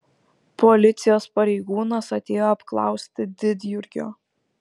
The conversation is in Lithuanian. policijos pareigūnas atėjo apklausti didjurgio